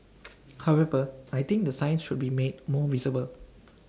however I think the signs should be made more visible